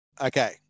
Okay